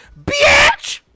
BITCH